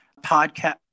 podcast